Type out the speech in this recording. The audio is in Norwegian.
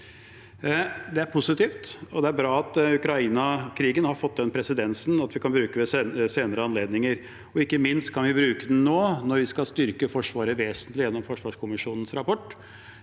Det er positivt, og det er bra at Ukraina-krigen har skapt den presedensen, og at vi kan bruke den ved senere anledninger. Ikke minst kan vi bruke den nå, når vi skal styrke Forsvaret vesentlig gjennom forsvarskommisjonens rapport,